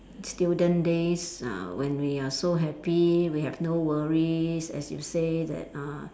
student days uh when we are so happy we have no worries as you say that uh